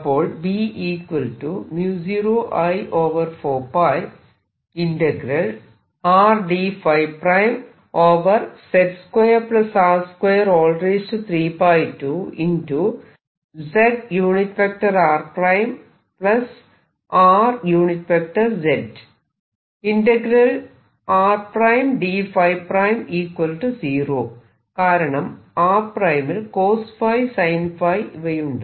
അപ്പോൾ കാരണം r′ ൽ cosϕ sin ϕ ഇവയുണ്ട്